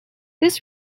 this